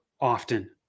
often